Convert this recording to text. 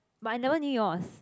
but I never knew yours